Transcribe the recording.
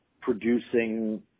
producing